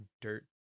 dirt